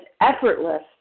effortless